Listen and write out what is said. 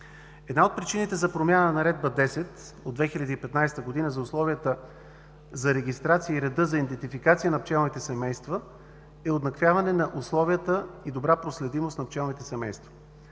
Една от причините за промяна на Наредба № 10 от 2015 г. за условията за регистрация и реда за идентификация на пчелните семейства, е уеднаквяване на условията и добра проследимост на пчелните семейства,